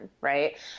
right